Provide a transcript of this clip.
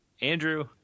Andrew